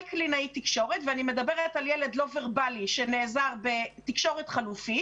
קלינאית תקשורת ואני מדברת על ילד לא ורבלי שנעזר בתקשורת חלופית